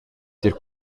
tier